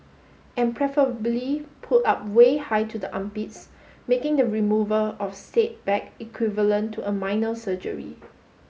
and preferably pulled up way high to the armpits making the removal of said bag equivalent to a minor surgery